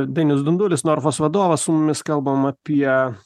dainius dundulis norfos vadovas su mumis kalbam apie